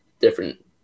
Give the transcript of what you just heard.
different